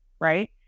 Right